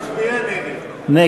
(קוראת בשמות חברי הכנסת) חיים כץ,